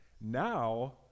Now